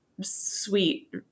sweet